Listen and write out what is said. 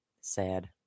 Sad